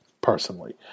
personally